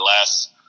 less